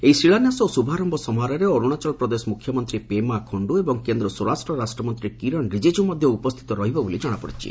ଏହି ଶିଳାନ୍ୟାସ ଏବଂ ଶ୍ରଭାରର୍ୟ ସମାରୋହରେ ଅରୁଣାଚଳ ପ୍ରଦେଶ ମୁଖ୍ୟମନ୍ତ୍ରୀ ପେମା ଖଣ୍ଟୁ ଏବଂ କେନ୍ଦ୍ର ସ୍ୱରାଷ୍ଟ୍ର ରାଷ୍ଟ୍ରମନ୍ତ୍ରୀ କିରଣ ରିଜିଜ୍ଞ ମଧ୍ୟ ଉପସ୍ଥିତ ରହିବେ ବୋଲି ଜଣାପଡ଼ିଛି